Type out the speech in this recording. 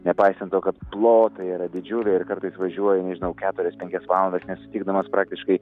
nepaisant to kad plotai yra didžiuliai ir kartais važiuoji nežinau keturias penkias valandas nesutikdamas praktiškai